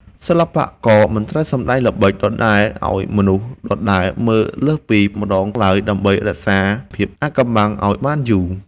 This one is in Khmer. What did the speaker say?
សិល្បករមិនត្រូវសម្តែងល្បិចដដែលឱ្យមនុស្សដដែលមើលលើសពីម្តងឡើយដើម្បីរក្សាភាពអាថ៌កំបាំងឱ្យបានយូរ។